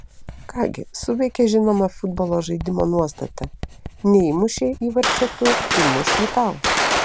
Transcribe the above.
ką gi suveikė žinoma futbolo žaidimo nuostata neįmušei įvarčio tu įmuš jį tau